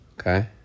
Okay